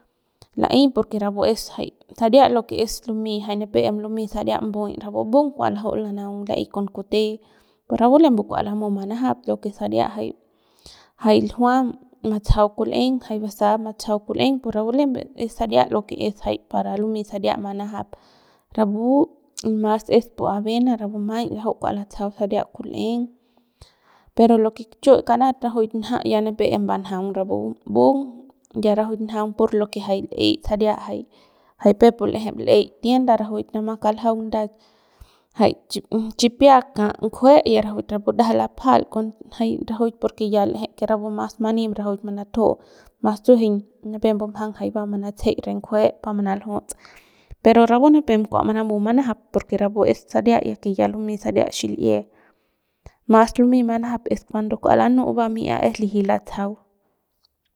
La'ey porque rapu es jay saria lo que es lumey jay nipep em lumey saria mbuy rapu mbung kua laju'u lanaung la'ey con kute pus rapu lembu kua lamu manajap lo que saria jay jay ljua matsajau kul'eng jay basa matsajau kul'eng pus rapu lembe es saria lo que es jay para lumey saria manajap rapu y mas es pu avena kua laju'u latsajau saria kul'eng pero lo que chu karat rajuik nja ya nipep em mbanjaung rapu mbung ya rajuik njaung pur lo que jay l'ey saria jay jay peuk pu l'eje l'ey tienda rajuik lamat kaljaung nda jay chi chipia k'a ngujue y ya rapu ndajap lapjal kon jay rajuik porque ya l'eje que rapu mas mani rajuik manat'ju masuejeiñ nipep mbunjang jay manatsejeik re ngujue pa manaljuts pero rapu nipem kua manamu manajap porque rapu es saria que ya lumey saria xil'ie mas lumey manajap es cuando va lanu'u va mi'ia es liji latsajau.